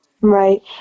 Right